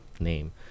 name